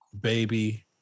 Baby